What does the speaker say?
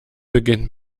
beginnt